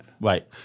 Right